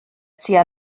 tua